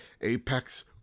Apex